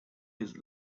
his